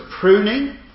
pruning